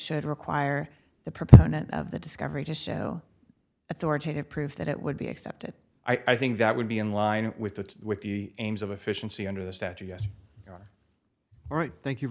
should require the proponent at the discovery to show authoritative proof that it would be accepted i think that would be in line with the with the aims of efficiency under the statue yes you're all right thank you